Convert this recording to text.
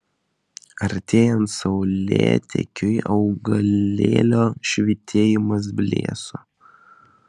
artėjant saulėtekiui augalėlio švytėjimas blėso